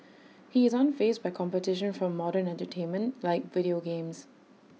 he is unfazed by competition from modern entertainment like video games